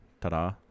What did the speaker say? Ta-da